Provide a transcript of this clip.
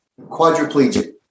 quadriplegic